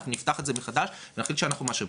אנחנו נפתח את זה מחדש ונחליט שאנחנו מאשרים.